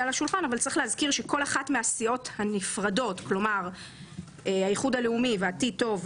מהסיעות הנפרדות - האיחוד הלאומי", "עתיד טוב",